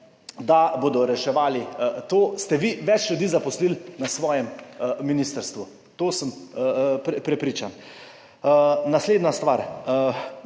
da bodo reševali. To ste vi več ljudi zaposlili na svojem ministrstvu, to sem prepričan. Naslednja stvar,